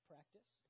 Practice